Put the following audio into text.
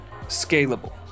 scalable